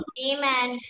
Amen